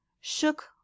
shook